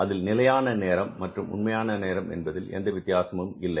அதில் நிலையான நேரம் மற்றும் உண்மையான நேரம் என்பதில் எந்த வித்தியாசமும் இல்லை